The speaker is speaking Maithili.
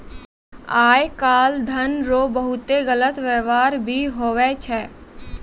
आय काल धन रो बहुते गलत वेवहार भी हुवै छै